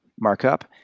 markup